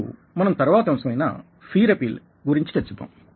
మరియు మనం తరువాతి అంశమైన ఫియర్ అపీల్ గురించి చర్చిద్దాం